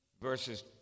verses